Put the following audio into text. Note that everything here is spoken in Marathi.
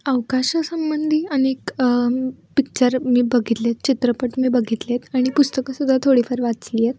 अवकाशासंबंधी अनेक पिक्चर मी बघितले आहेत चित्रपट मी बघितले आहेत आणि पुस्तकंसुद्धा थोडीफार वाचली आहेत